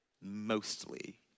mostly